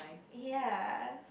ya